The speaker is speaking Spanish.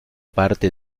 parte